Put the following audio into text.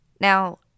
Now